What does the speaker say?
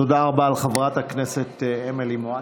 תודה רבה לחברת הכנסת אמילי מואטי.